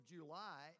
July